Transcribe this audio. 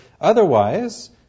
Otherwise